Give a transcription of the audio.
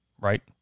right